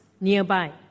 nearby